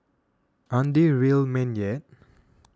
aren't they real men yet